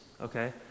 okay